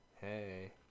hey